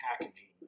packaging